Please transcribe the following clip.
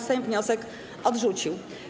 Sejm wniosek odrzucił.